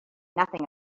nothing